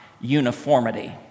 uniformity